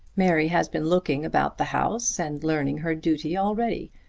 mary has been looking about the house and learning her duty already.